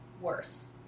worse